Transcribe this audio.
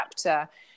chapter